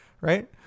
right